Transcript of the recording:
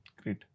Great